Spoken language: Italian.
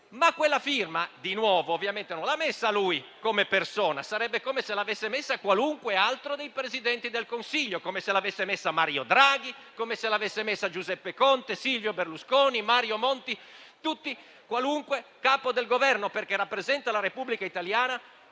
Ma quella firma, di nuovo ovviamente, non l'ha messa lui come persona; sarebbe come se l'avesse posta qualunque altro dei Presidenti del Consiglio, come se l'avessero messa Mario Draghi, Giuseppe Conte, Silvio Berlusconi, Mario Monti o qualunque Capo del Governo, perché rappresentanti la Repubblica italiana